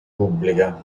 pubblica